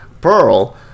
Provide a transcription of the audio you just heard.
Pearl